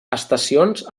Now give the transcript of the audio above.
estacions